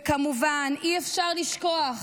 וכמובן, אי-אפשר לשכוח,